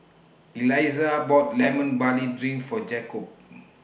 Elizah bought Lemon Barley Drink For Jakobe